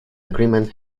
agreement